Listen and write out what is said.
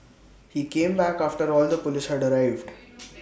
he came back after all the Police had arrived